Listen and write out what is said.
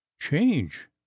change